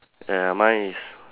ya mine is